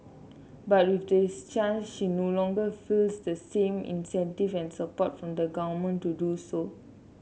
but with this change she no longer feels the same incentive and support from the government to do so